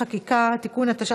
הצעת חוק העונשין (תיקון מס' 137) (תקיפת צוות רפואי),